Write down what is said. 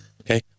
Okay